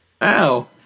Ow